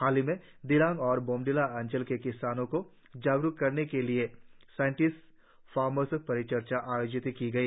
हालहीं में दिरांग और बोमडिला अंचल के किसानों को जागरुक करने के लिए साइंटिस्ट फर्मएस परिचर्चा आयोजित की गई